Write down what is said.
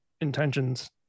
intentions